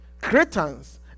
Cretans